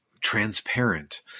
transparent